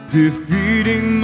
defeating